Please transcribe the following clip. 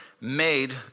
Made